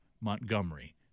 Montgomery